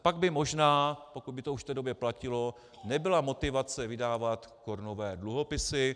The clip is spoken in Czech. Pak by možná, pokud by to už v té době platilo, nebyla motivace vydávat korunové dluhopisy.